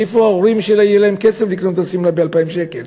מאיפה להורים שלה יהיה כסף לקנות את השמלה ב-2,000 שקל?